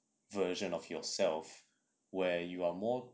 version of yourself where you are more